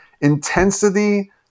intensity